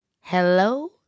hello